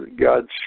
God's